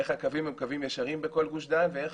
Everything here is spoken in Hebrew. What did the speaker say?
איך הקווים הם קווים ישרים בכל גוש דן ואיך